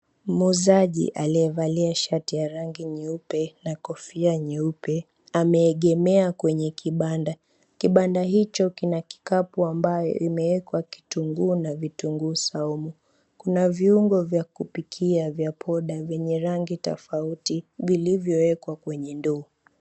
Muuzaji aliyevalia shati ya rangi nyeupe na kofia nyeupe ameegemea kwenye kibanda, kibanda hicho kina kikapu ambacho kimeekwa kitunguu na kitunguu saumu. Kuna viungo vya kupikia vya poda vyenye rangi tofauti vilivyoekwa kwenye ndoo.